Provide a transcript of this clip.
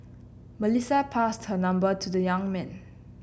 Melissa passed her number to the young man